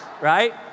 right